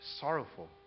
sorrowful